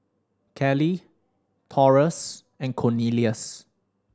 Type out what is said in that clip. Cali Taurus and Cornelious